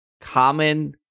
common